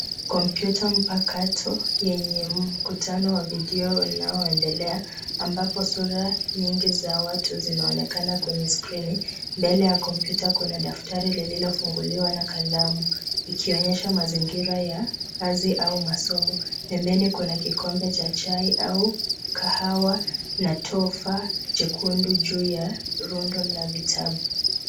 Kompyuta mpakato yenye mkutano wa video unaoendelea ambapo sura nyingi za watu zinaonekana kwenye skrini. Mbele ya kompyuta kuna daftari lililofunguliwa na kalamu ikionyesha mazingira ya kazi au masomo. Pembeni kuna kikombe cha chai au kahawa na tufaha jekundu juu ya rundo la vitabu.